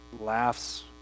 laughs